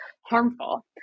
harmful